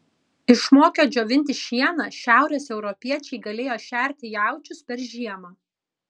išmokę džiovinti šieną šiaurės europiečiai galėjo šerti jaučius per žiemą